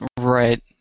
Right